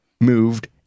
moved